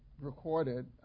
recorded